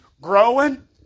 Growing